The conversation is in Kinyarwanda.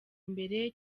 imbere